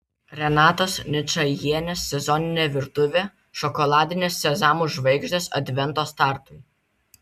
renatos ničajienės sezoninė virtuvė šokoladinės sezamų žvaigždės advento startui